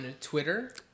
twitter